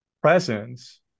presence